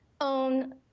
own